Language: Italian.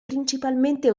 principalmente